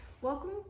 welcome